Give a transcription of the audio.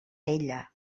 ella